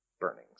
burnings